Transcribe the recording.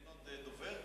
אדוני היושב-ראש,